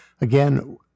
again